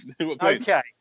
Okay